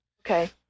Okay